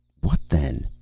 what, then?